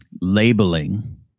labeling